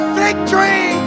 victory